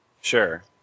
Sure